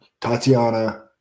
Tatiana